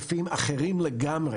המוקד עונה בכל עת ולפעמים מפנה לגורם אחר